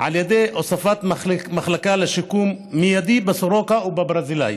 על ידי הוספת מחלקה לשיקום מיידי בסורוקה או בברזילי.